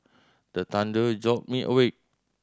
the thunder jolt me awake